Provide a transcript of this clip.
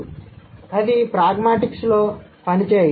కాబట్టి అది ప్రాగ్మాటిక్స్లో పని చేయదు